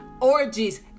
orgies